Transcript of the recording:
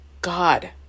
God